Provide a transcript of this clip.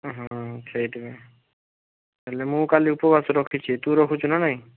ସେଇଥିପାଇଁ ହେଲେ ମୁଁ କାଲି ଉପବାସ ରଖିଛି ତୁ ରଖୁଛୁ ନା ନାହିଁ